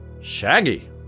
Shaggy